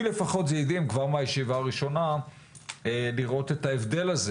לפחות זה הדהים כבר מהישיבה הראשונה לראות את ההבדל הזה